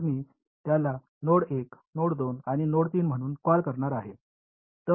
तर मी याला नोड 1 नोड 2 आणि नोड 3 म्हणून कॉल करणार आहे